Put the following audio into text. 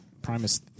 Primus